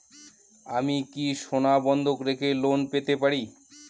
আমি কি সোনা বন্ধক রেখে লোন পেতে পারি?